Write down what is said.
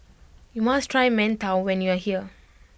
you must try Mantou when you are here